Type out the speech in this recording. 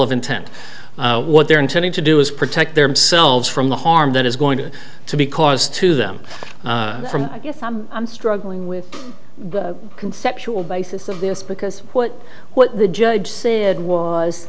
of intent what they're intending to do is protect themselves from the harm that is going to be caused to them from i guess i'm i'm struggling with the conceptual basis of this because what what the judge said was